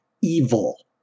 evil